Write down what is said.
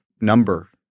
number